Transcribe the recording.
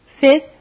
Fifth